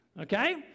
Okay